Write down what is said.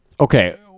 Okay